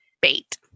Bait